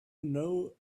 know